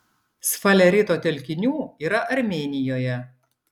sfalerito telkinių yra armėnijoje